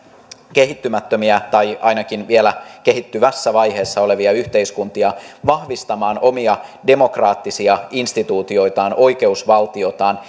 kehittymättömiä tai ainakin vielä kehittyvässä vaiheessa olevia yhteiskuntia vahvistamaan omia demokraattisia instituutioitaan ja oikeusvaltiotaan